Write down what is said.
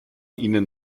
ihnen